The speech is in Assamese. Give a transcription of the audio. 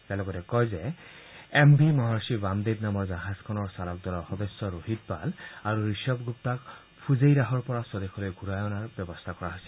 তেওঁ লগতে কয় যে এম ভি মহৰ্ষি বামদেৱ নামৰ জাহাজখনৰ চালক দলৰ সদস্য ৰোহিত পাল আৰু ঋষভ গুপ্তাক ফুজেইৰাহৰ পৰা স্বদেশলৈ ঘূৰাই অনাৰ ব্যৱস্থা কৰা হৈছে